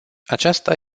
aceasta